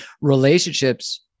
relationships